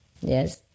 Yes